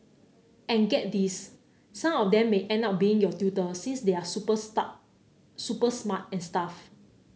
and get this some of them may end up being your tutor since they're super star super smart and stuff